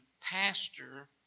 pastor